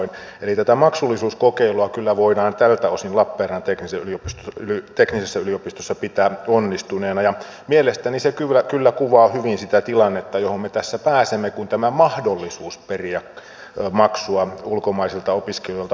eli tätä maksullisuuskokeilua kyllä voidaan tältä osin lappeenrannan teknillisessä yliopistossa pitää onnistuneena ja mielestäni se kyllä kuvaa hyvin sitä tilannetta johon me tässä pääsemme kun tämä mahdollisuus periä maksua ulkomaisilta opiskelijoilta annetaan